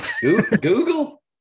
Google